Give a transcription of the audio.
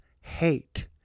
hate